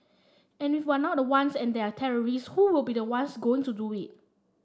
and if we're not the ones and there are terrorists who will be the ones going to do it